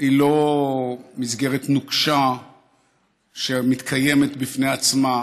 היא לא מסגרת נוקשה שמתקיימת בפני עצמה,